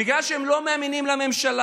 בגלל שהם לא מאמינים לממשלה,